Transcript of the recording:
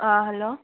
hello